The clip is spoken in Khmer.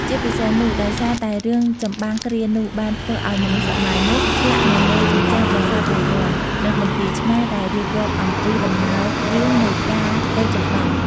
ជាពិសេសនោះ ដោយសារតែរឿងចម្បាំងគ្រានោះបានធ្វើឲ្យមនុស្សសម័យនោះ ឆ្លាក់នៅលើជញ្ជាំងប្រាសាទបាយ័ន និងបន្ទាយឆ្មារដែលរៀបរាប់អំពីដំណើររឿងនៃការទៅចម្បាំង ។